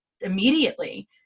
immediately